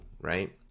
right